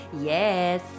Yes